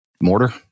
mortar